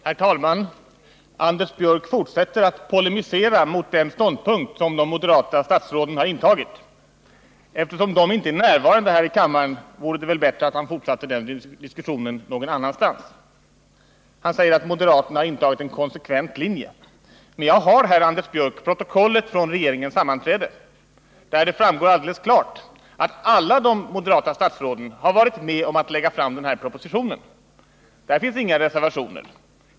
Herr talman! Anders Björck fortsätter att polemisera mot den ståndpunkt som de moderata statsråden har intagit. Eftersom de inte är närvarande här i kammaren vore det bättre att han fortsatte den diskussionen någon annanstans. Han säger att moderaterna har intagit en konsekvent linje. Men jag har här, Anders Björck, protokollet från regeringens sammanträde, där det framgår alldeles klart att alla de moderata statsråden har varit med om att lägga fram den här propositionen. Där finns inga reservationer.